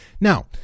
Now